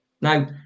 Now